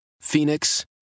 Phoenix